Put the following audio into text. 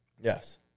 Yes